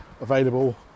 available